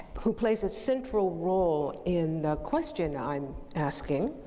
who plays a central role in the question i'm asking